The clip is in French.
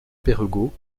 perregaux